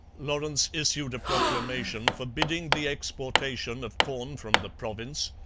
lawrence issued a proclamation forbidding the exportation of corn from the province,